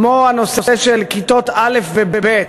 כמו הנושא של כיתות א' וב',